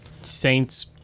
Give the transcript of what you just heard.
Saints